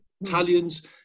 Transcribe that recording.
Italians